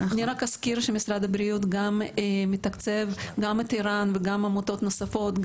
אני רק אזכיר שמשרד הבריאות מתקצב גם את ער"ן וגם עמותות נוספות,